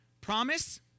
Promise